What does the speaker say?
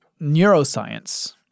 neuroscience